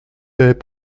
faits